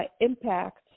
impact